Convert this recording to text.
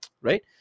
Right